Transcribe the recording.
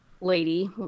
lady